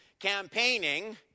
campaigning